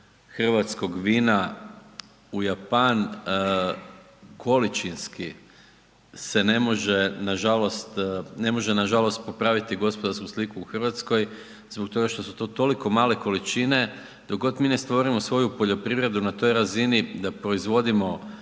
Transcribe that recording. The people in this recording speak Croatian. hrvatskog vina u Japan količinski se ne može nažalost, ne može nažalost popraviti gospodarsku sliku u Hrvatskoj zbog toga što su to toliko male količine. Dok god mi ne stvorimo svoju poljoprivredu na toj razini da proizvodimo